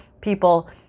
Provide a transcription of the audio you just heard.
people